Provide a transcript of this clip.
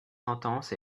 sentence